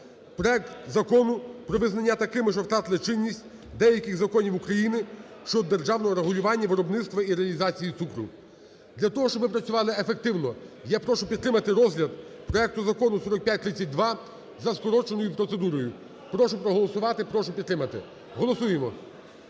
проект Закону про визнання такими, що втратили чинність, деяких законів України щодо державного регулювання виробництва і реалізації цукру. Для того, щоб ми працювали ефективно, я прошу підтримати розгляд проекту Закону 4532 за скороченою процедурою. Прошу проголосувати, прошу підтримати. Голосуємо!